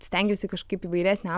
stengiausi kažkaip įvairesnio